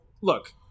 look